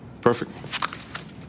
Perfect